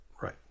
right